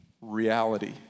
reality